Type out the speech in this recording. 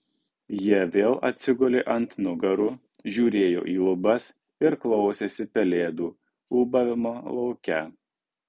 jie vėl atsigulė ant nugarų žiūrėjo į lubas ir klausėsi pelėdų ūbavimo lauke